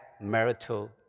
marital